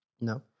No